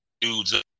dudes